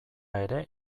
ere